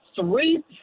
three